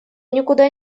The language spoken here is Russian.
никуда